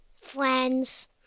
Friends